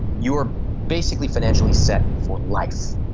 you are basically financially set for life.